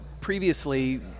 previously